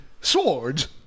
swords